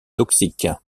toxique